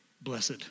blessed